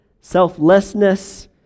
selflessness